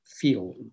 feel